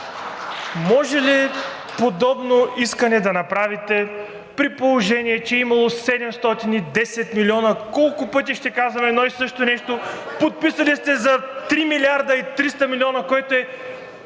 Може ли подобно искане да направите, при положение че е имало 710 милиона?! Колко пъти ще казвам едно и също нещо? Подписали сте за 3 милиарда и 300 милиона, което е